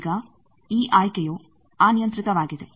ಈಗ ಈ ಆಯ್ಕೆಯು ಅನಿಯಂತ್ರಿತವಾಗಿದೆ